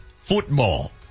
football